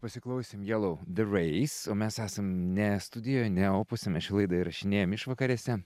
pasiklausėm jelau de rais o mes esam ne studijoj ne opuse mes šią laidą įrašinėjam išvakarėse